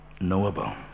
knowable